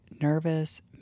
nervous